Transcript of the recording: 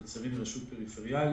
קצרין רשות פריפריאלית.